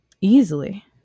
easily